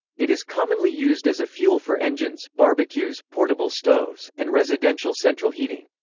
it is commonly used as a fuel for engines, barbecues, portable stoves, and residential central heating.